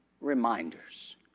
reminders